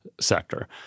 sector